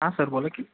हा सर बोला की